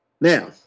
Now